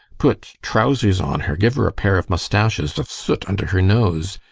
put trousers on her, give her a pair of moustaches of soot under her nose,